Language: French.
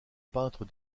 peintre